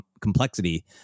complexity